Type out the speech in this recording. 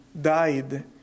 died